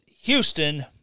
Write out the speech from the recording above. Houston